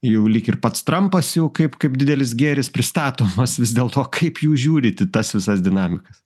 jau lyg ir pats trampas jau kaip kaip didelis gėris pristatomas vis dėlto kaip jūs žiūrit į tas visas dinamikas